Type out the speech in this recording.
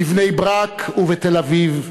בבני-ברק ובתל-אביב,